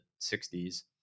60s